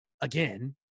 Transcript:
again